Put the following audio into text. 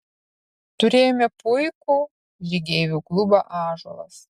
turėjome puikų žygeivių klubą ąžuolas